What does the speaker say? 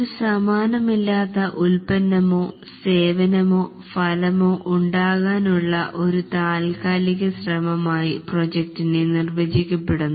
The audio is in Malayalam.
ഒരു സമാനമില്ലാത്ത ഉത്പന്നമോ സേവനമോ ഫലമോ ഉണ്ടാകാനുള്ള ഒരു താത്കാലിക ശ്രമമായി പ്രോജക്ടിനെ നിർവചിക്കപെടുന്നു